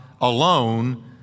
alone